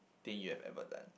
thing you have ever done